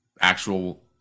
actual